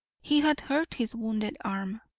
he had hurt his wounded arm.